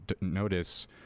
notice